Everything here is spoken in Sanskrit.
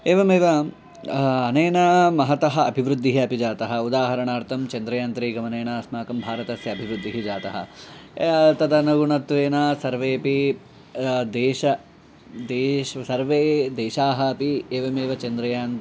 एवमेव अनेन महतः अभिवृद्धिः अपि जातः उदाहरणार्थं चान्द्रयानं त्रि गमनेन अस्माकं भारतस्य अभिवृद्धिः जातः तदनुगुणत्वेन सर्वेपि देशाः देशाः सर्वे देशाः अपि एवमेव चान्द्रयानम्